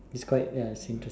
is quite ya is interest